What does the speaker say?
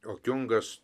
o kiungas